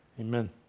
Amen